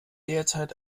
derzeit